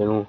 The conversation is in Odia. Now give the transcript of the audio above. ତେଣୁ